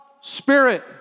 Spirit